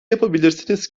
yapabilirsiniz